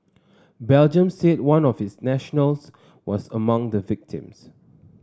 Belgium said one of its nationals was among the victims